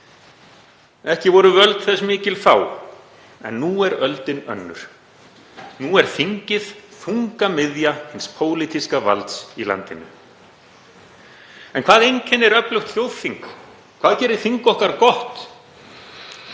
Ekki voru völd þess mikil þá en nú er öldin önnur. Nú er þingið þungamiðja hins pólitíska valds í landinu. En hvað einkennir öflugt þjóðþing? Hvað gerir þing okkar gott?